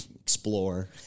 explore